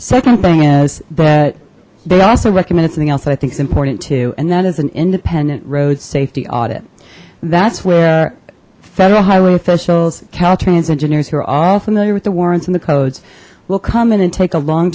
second thing is that they also recommend something else that i think is important too and that is an independent road safety audit that's where federal highway officials caltrans engineers who are all familiar with the warrants and the codes will come in and take a long